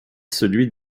celui